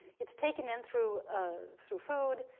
it's taken in through through food.